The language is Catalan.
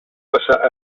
passar